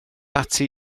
ati